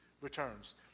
returns